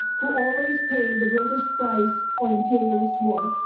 who always pay the greatest price for imperialist war.